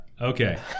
Okay